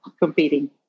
competing